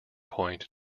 point